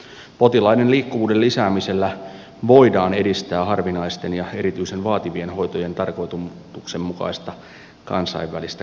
potilaiden liikkuvuuden lisäämisellä voidaan edistää harvinaisten ja erityisen vaativien hoitojen tarkoituksenmukaista kansainvälistä keskittämistä